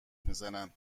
میزنن